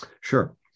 Sure